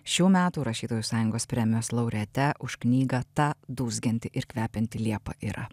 šių metų rašytojų sąjungos premijos laureate už knygą ta dūzgianti ir kvepianti liepa yra